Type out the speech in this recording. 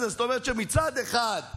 שהוא חוק בסך הכול כמה חודשים,